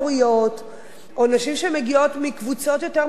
או נשים שמגיעות מקבוצות מוחלשות בחברה,